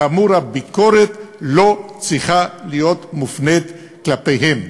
כאמור, הביקורת לא צריכה להיות מופנית כלפיהם.